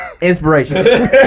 inspiration